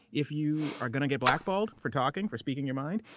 if you are going to get blackballed for talking, for speaking your mind,